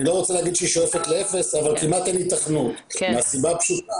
אני לא רוצה לומר שהוא שואף לאפס אבל כמעט ואין היתכנות מהסיבה הפשוטה